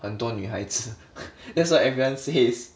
很多女孩子 that's what everyone says